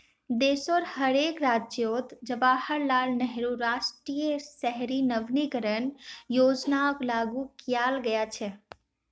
देशोंर हर एक राज्यअत जवाहरलाल नेहरू राष्ट्रीय शहरी नवीकरण योजनाक लागू कियाल गया छ